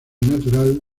natural